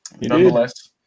Nonetheless